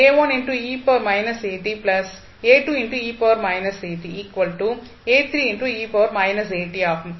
ஆகும்